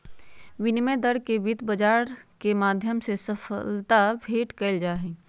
विनिमय दर के वित्त बाजार के माध्यम से सबलता भेंट कइल जाहई